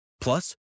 plus